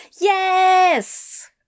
Yes